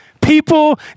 people